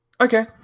okay